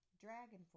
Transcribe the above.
dragonfly